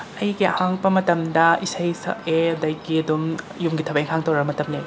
ꯑꯩꯒꯤ ꯑꯍꯥꯡꯕ ꯃꯇꯝꯗ ꯏꯁꯩ ꯁꯛꯑꯦ ꯑꯗꯒꯤ ꯑꯗꯨꯝ ꯌꯨꯝꯒꯤ ꯊꯕꯛ ꯏꯪꯈꯥꯡ ꯇꯧꯔꯒ ꯃꯇꯝ ꯂꯦꯜꯂꯤ